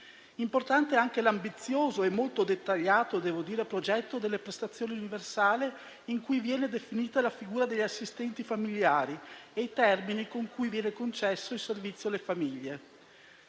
Importante è anche l'ambizioso e molto dettagliato - devo dire - progetto delle prestazioni universali in cui viene definita la figura degli assistenti familiari e i termini con cui viene concesso il servizio alle famiglie.